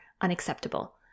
unacceptable